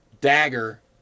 dagger